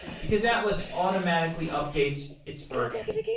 because atlas automatically updates its version.